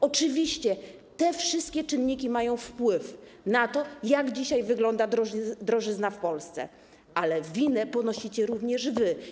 Oczywiście te wszystkie czynniki mają wpływ na to, jak dzisiaj wygląda drożyzna w Polsce, ale winę ponosicie również wy.